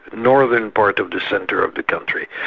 northern part of the centre of the country.